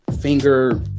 finger